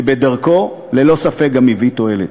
שבדרכו ללא ספק גם הביא תועלת,